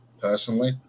personally